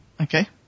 Okay